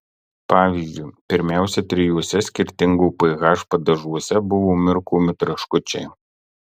pavyzdžiui pirmiausia trijuose skirtingo ph padažuose buvo mirkomi traškučiai